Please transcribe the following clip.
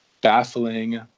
baffling